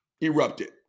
erupted